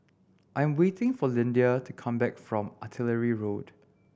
I'm waiting for Lyndia to come back from Artillery Road